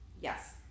Yes